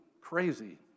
crazy